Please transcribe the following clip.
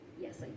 yes